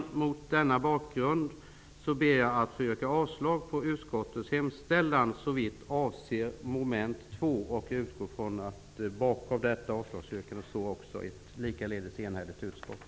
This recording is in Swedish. Mot denna bakgrund ber jag att få yrka avslag på utskottets hemställan såvitt avser moment 2 och utgår från att ett enat utskott står bakom detta.